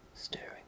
staring